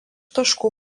taškų